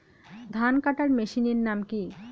ধান কাটার মেশিনের নাম কি?